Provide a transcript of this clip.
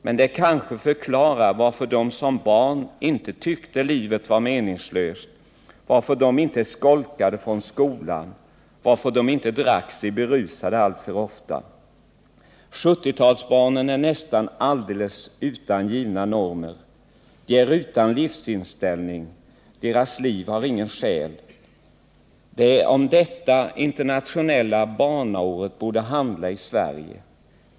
Men det kanske förklarar varför dom som barn inte tyckte livet var meningslöst, varför dom inte skolkade från skolan, varför dom inte drack sig berusade alltför ofta. 70-talsbarnen är nästan alldeles utan givna normer. De är utan livsinställning. Deras liv har ingen själ. Det är om detta internationella barnåret borde handla i Sverige.